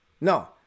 No